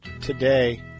today